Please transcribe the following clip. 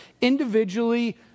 Individually